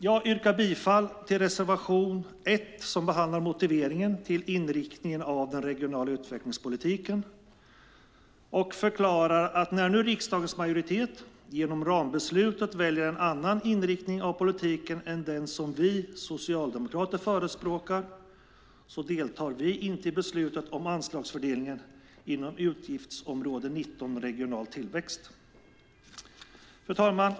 Jag yrkar bifall till reservation 1 som behandlar motiveringen till inriktningen av den regionala utvecklingspolitiken och förklarar att vi, när nu riksdagens majoritet genom rambeslutet väljer en annan inriktning av politiken än den som vi socialdemokrater förespråkar, inte deltar i beslutet om anslagsfördelningen inom utgiftsområde 19 Regional tillväxt. Fru talman!